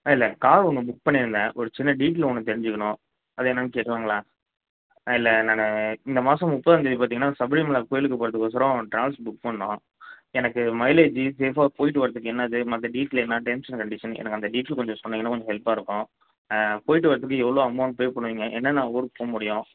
இல்லை கார் ஒன்று புக் பண்ணியிருந்தேன் ஒரு சின்ன டீடெல் ஒன்று தெரிஞ்சுக்கணும் அது என்னன்னு கேட்கலாங்களா இல்லை நான் இந்த மாதம் முப்பதாம் தேதி பார்த்திங்கனா சபரி மலை கோவிலுக்கு போகிறதுக்கு ஒசரம் ட்ராவெல்ஸ் புக் பண்ணோம் எனக்கு மைலேஜூ சேஃபாக போய்ட்டு வர்றதுக்கு என்னது மற்ற டீடெல் என்ன டெர்ம்ஸ் அண்ட் கண்டிசன்ஸ் எனக்கு அந்த டீடெயில்ஸ் கொஞ்சம் சொன்னிங்கனா கொஞ்சம் ஹெல்ப்பாக இருக்கும் போய்ட்டு வர்றதுக்கு எவ்வளோ அமௌண்ட் பே பண்ணுவீங்க என்னென்ன ஊருக்கு போக முடியும்